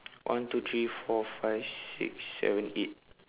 one two three four five six seven eight